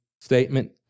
statement